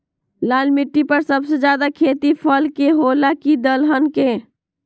लाल मिट्टी पर सबसे ज्यादा खेती फल के होला की दलहन के?